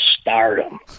stardom